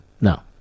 no